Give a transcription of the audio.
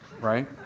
right